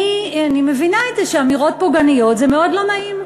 אני מבינה את זה שאמירות פוגעניות זה מאוד לא נעים.